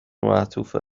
معطوف